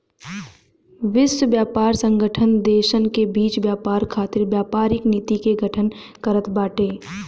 विश्व व्यापार संगठन देसन के बीच व्यापार खातिर व्यापारिक नीति के गठन करत बाटे